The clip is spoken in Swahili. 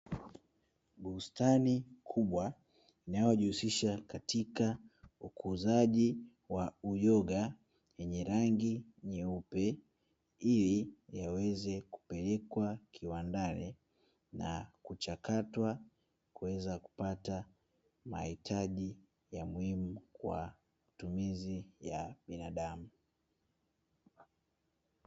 Bustani kubwa inayojihisisha katika ukuzaji wa uyoga wenye rangi nyeupe, ili yaweze kupelekwa kiwandani na kuchakatwa kuweza kupata mahitaji ya muhimu kwa matumizi ya binadamu.